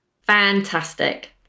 Fantastic